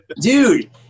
dude